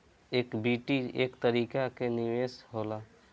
equity एक तरीका के निवेश होला